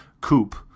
Coupe